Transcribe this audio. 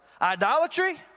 Idolatry